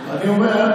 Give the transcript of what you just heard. אני אומר,